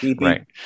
right